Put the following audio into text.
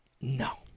No